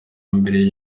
mbere